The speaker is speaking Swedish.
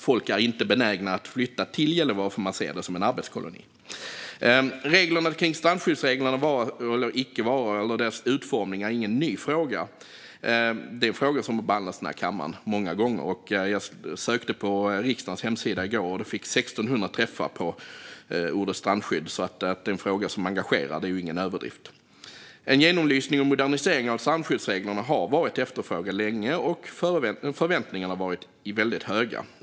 Folk är inte benägna att flytta till Gällivare, då man ser det som en arbetskoloni. Strandskyddsreglernas vara eller icke vara, eller snarare deras utformning, är ingen ny fråga. Detta är frågor som har behandlats i den här kammaren många gånger. Jag sökte på riksdagens hemsida i går och fick då 1 600 träffar på "strandskydd". Att det är en fråga som engagerar är alltså ingen överdrift. En genomlysning och modernisering av strandskyddsreglerna har varit efterfrågad länge, och förväntningarna har varit väldigt höga.